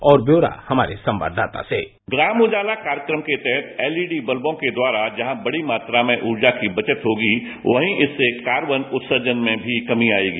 और व्यौरा हमारे संवाददाता सेः ग्राम उजाला कार्यक्रम के तहत एलईडी बल्वों के द्वारा जहां बढ़ी मात्रा में ऊर्जा की बचत होगी वहीं इससे कार्बन उत्सर्जन में भी कमी आएगी